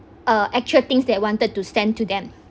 uh actual things that wanted to send to them